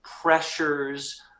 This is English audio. pressures